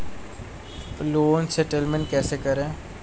Loan settlement कैसे करें?